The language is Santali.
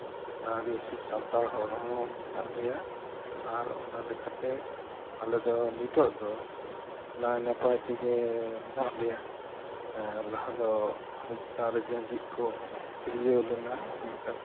ᱟᱹᱫᱤᱵᱟᱹᱥᱤ ᱥᱟᱱᱛᱟᱲ ᱦᱚᱲ ᱦᱚᱸ ᱢᱮᱱᱟᱜ ᱞᱮᱭᱟ ᱟᱨ ᱚᱱᱟ ᱞᱮᱠᱟᱛᱮ ᱟᱞᱮᱫᱚ ᱱᱤᱛᱚᱜ ᱫᱚ ᱱᱟᱭᱼᱱᱟᱯᱟᱭ ᱛᱮᱜᱮ ᱢᱮᱱᱟᱜ ᱞᱮᱭᱟ ᱞᱟᱦᱟ ᱫᱚ ᱟᱞᱮ ᱪᱮᱛᱟᱱ ᱨᱮ ᱡᱟᱸᱡᱤᱛ ᱠᱚ ᱥᱤᱨᱡᱟᱹᱣ ᱞᱮᱱᱟ ᱢᱮᱱᱠᱷᱟᱱ